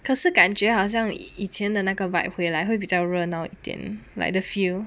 可是感觉好像以前的那个 vibe 回来会比较热闹一点 like the feel